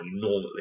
Normally